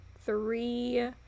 three